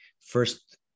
first